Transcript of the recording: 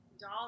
doll